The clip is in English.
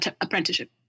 apprenticeship